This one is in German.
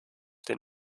dem